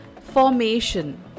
Formation